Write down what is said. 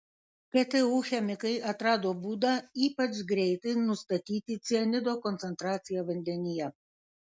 ktu chemikai atrado būdą ypač greitai nustatyti cianido koncentraciją vandenyje